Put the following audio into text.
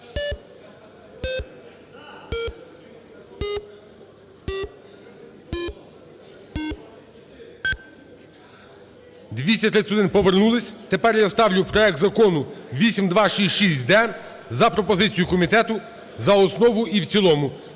За-231 Повернулись. Тепер я ставлю проект Закону 8266-д за пропозицією комітету за основу і в цілому